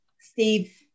Steve